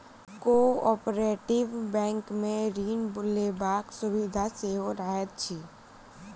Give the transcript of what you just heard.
cooperative बैंकमे ऋण लेबाक सुविधा सेहो रहैत अछि